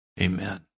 Amen